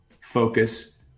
focus